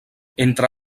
entre